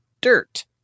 dirt